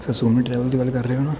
sir Soni travel ਤੋ ਗੱਲ ਕਰ ਰਹੇ ਹੋ ਨਾ